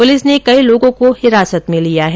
police ने कई लोगों को हिरासत में लिया है